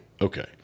okay